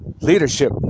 Leadership